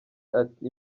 ati